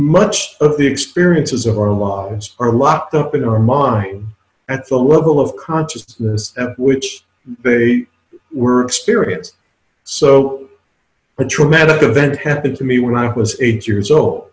much of the experiences of our laws are locked up in our mind at the level of consciousness which they were experience so the traumatic event happened to me when i was eight years old